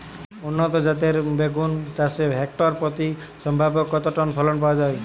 উন্নত জাতের বেগুন চাষে হেক্টর প্রতি সম্ভাব্য কত টন ফলন পাওয়া যায়?